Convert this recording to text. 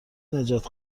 نجات